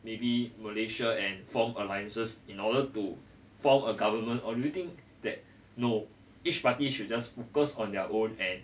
maybe malaysia and form alliances in order to form a government or do you think that no each party should just focus on their own and